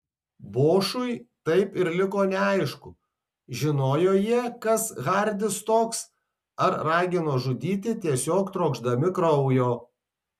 bošui taip ir liko neaišku žinojo jie kas hardis toks ar ragino žudyti tiesiog trokšdami kraujo